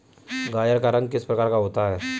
गाजर का रंग किस प्रकार का होता है?